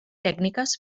tècniques